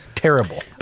Terrible